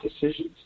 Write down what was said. decisions